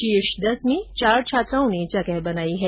शीर्ष दस में चार लडकियों ने जगह बनाई है